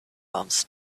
arms